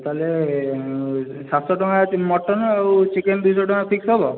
ତାହେଲେ ସାତଶହ ଟଙ୍କା ମଟନ ଆଉ ଚିକେନ ଦୁଇ ଶହ ଟଙ୍କା ଫିକ୍ସ ହେବ